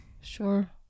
Sure